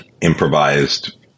improvised